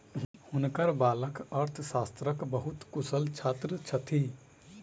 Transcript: हुनकर बालक अर्थशास्त्रक बहुत कुशल छात्र छथि